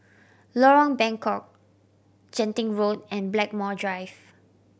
Lorong Bengkok Genting Road and Blackmore Drive